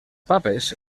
papes